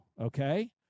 okay